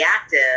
active